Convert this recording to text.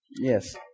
Yes